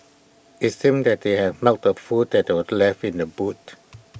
IT seemed that they had smelt the food that were left in the boot